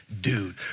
dude